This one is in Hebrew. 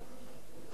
והם ילכו לבג"ץ.